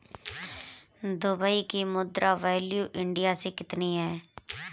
Dubai की मुद्रा value India मे कितनी है?